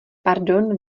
pardon